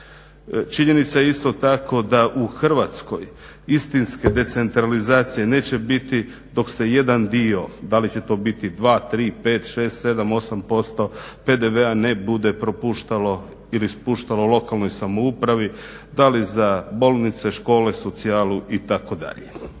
Činjenica je isto tako da u Hrvatskoj istinske decentralizacije neće biti dok se jedan dio da li će to biti 2, 3, 5, 6, 7, 8% PDV-a ne bude propuštalo ili spuštalo lokalnoj samoupravi da li za bolnice, škole, socijalu itd.